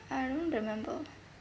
I don't remember